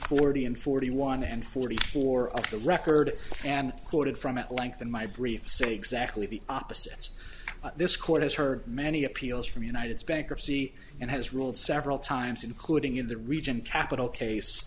forty and forty one and forty four of the record and quoted from at length in my briefs exactly the opposite this court has heard many appeals from united's bankruptcy and has ruled several times including in the region capital case